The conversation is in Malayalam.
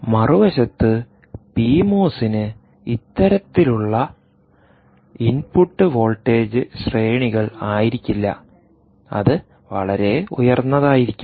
മറുവശത്ത് പി മോസിന് ഇത്തരത്തിലുള്ള ഇൻപുട്ട് വോൾട്ടേജ് ശ്രേണികൾ ആയിരിക്കില്ല അത് വളരെ ഉയർന്നതായിരിക്കാം